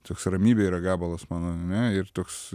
toks ramybė yra gabalas mano ane ir toks